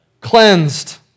cleansed